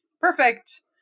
perfect